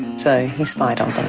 so he spied on them.